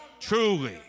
Truly